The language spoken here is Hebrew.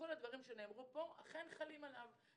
הדברים שנאמרו פה, חלים על בני בכיתה ג'.